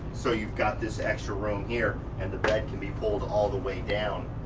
so you got this extra room here. and the bed can be pulled all the way down.